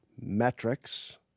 metrics